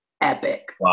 epic